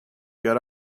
got